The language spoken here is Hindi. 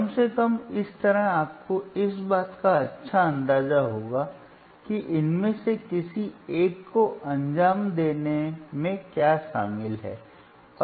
कम से कम इस तरह आपको इस बात का अच्छा अंदाजा होगा कि इनमें से किसी एक को अंजाम देने में क्या शामिल है